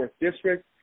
District